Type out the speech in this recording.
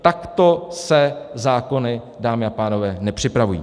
Takto se zákony, dámy a pánové, nepřipravují!